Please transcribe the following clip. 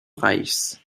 reichs